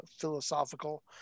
philosophical